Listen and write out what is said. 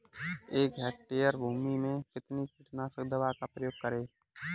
एक हेक्टेयर भूमि में कितनी कीटनाशक दवा का प्रयोग करें?